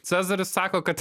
cezaris sako kad